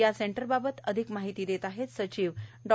या सेंटरबाबत अधिक माहिती देत आहेत सचिव डॉ